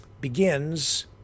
begins